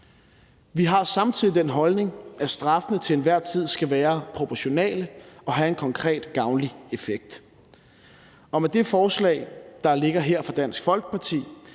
Vi har samtidig den holdning, at straffene til enhver tid skal være proportionale og have en konkret gavnlig effekt. Med det forslag, der ligger her, fra Dansk Folkeparti,